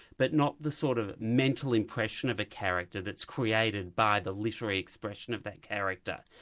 but not the sort of mental impression of a character that's created by the literary expression of that character.